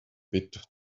bit